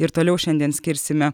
ir toliau šiandien skirsime